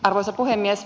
arvoisa puhemies